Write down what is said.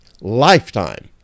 Lifetime